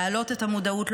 להעלות את המודעות,